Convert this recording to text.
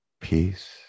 peace